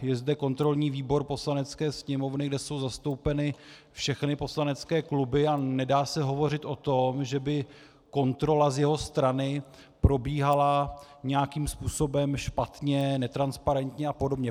Je zde kontrolní výbor Poslanecké sněmovny, kde jsou zastoupeny všechny poslanecké kluby, a nedá se hovořit o tom, že by kontrola z jeho strany probíhala nějakým způsobem špatně, netransparentně a podobně.